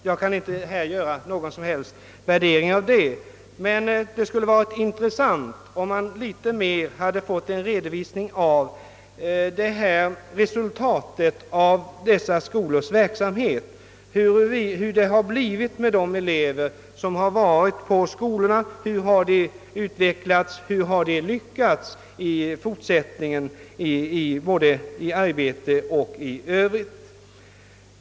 Jag kan emellertid inte göra några som helst värderingar av denna sak. Det skulle dock ha varit intressant om man hade fått en redovisning av resultatet av dessa skolors verksamhet. Man skulle vilja veta hur det gått för de elever som varit på skolorna, hur de har utvecklats och hur de har lyckats i arbete och i övrigt.